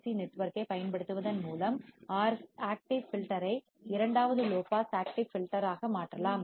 C நெட்வொர்க்கைப் பயன்படுத்துவதன் மூலம் ஆக்டிவ் ஃபில்டர் ஐ இரண்டாவது லோ பாஸ் ஆக்டிவ் ஃபில்டர் ஆக மாற்றலாம்